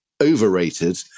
overrated